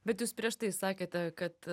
bet jūs prieš tai sakėte kad